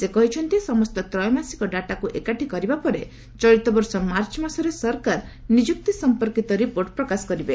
ସେ କହିଛନ୍ତି ସମସ୍ତ ତ୍ରୟମାସିକ ଡାଟାକୁ ଏକାଠି କରିବା ପରେ ଚଳିତବର୍ଷ ମାର୍ଚ୍ଚ ମାସରେ ସରକାର ନିଯୁକ୍ତି ସମ୍ପର୍କୀତ ରିପୋର୍ଟ ପ୍ରକାଶ କରିବେ